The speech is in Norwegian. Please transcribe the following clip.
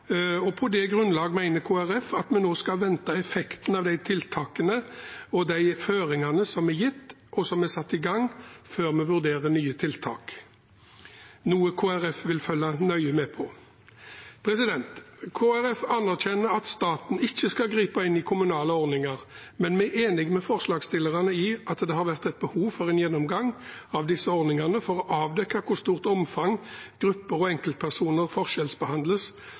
og på det grunnlag mener Kristelig Folkeparti at vi nå skal avvente effekten av de tiltakene og de føringene som er gitt, og som er satt i gang, før vi vurderer nye tiltak, noe Kristelig Folkeparti vil følge nøye med på. Kristelig Folkeparti anerkjenner at staten ikke skal gripe inn i kommunale ordninger, men vi er enige med forslagsstillerne i at det har vært et behov for en gjennomgang av disse ordningene for å avdekke i hvor stort omfang grupper og enkeltpersoner forskjellsbehandles